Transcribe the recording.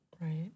Right